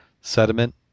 sediment